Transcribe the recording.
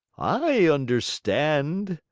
i understand,